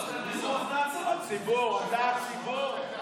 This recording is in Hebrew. אתה הציבור?